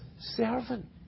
servant